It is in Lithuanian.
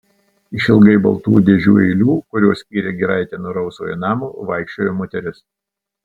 išilgai baltų dėžių eilių kurios skyrė giraitę nuo rausvojo namo vaikščiojo moteris